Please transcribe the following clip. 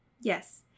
Yes